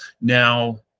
now